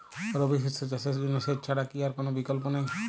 রবি শস্য চাষের জন্য সেচ ছাড়া কি আর কোন বিকল্প নেই?